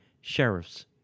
sheriffs